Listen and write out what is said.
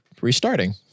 restarting